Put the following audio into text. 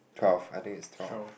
twelve I think is twelve